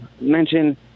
mention